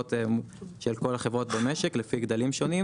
חברות של כל החברות במשק לפי גדלים שונים,